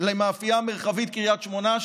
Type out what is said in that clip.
למאפייה מרחבית קריית שמונה,